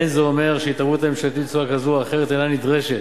אין זה אומר שהתערבות ממשלתית בצורה זו או אחרת אינה נדרשת.